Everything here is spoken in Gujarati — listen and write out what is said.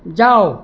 જાવ